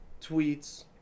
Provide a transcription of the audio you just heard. tweets